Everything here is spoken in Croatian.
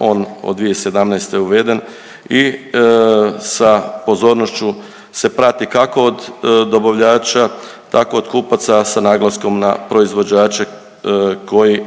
on od 2017. uveden i sa pozornošću se prati kako od dobavljača tako od kupaca sa naglaskom na proizvođače koji